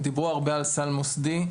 דיברו הרבה על סל מוסדי,